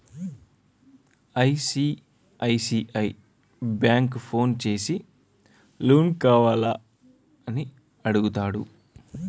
ICICI bank phone చేసి loan కావాల అని అడుగుతాడు